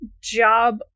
job